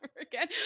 again